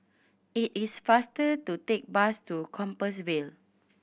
it is faster to take bus to Compassvale